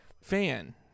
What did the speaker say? fan